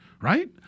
right